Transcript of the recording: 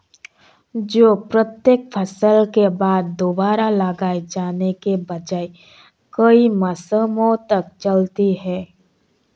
जो प्रत्येक फसल के बाद दोबारा लगाए जाने के बजाय कई मौसमों तक चलती है